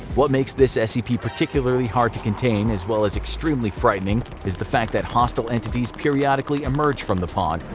what makes this scp particularly hard to contain, as well as extremely frightening, is the fact that hostile entities periodically emerge from the pond,